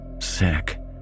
sick